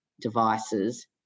devices